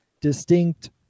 distinct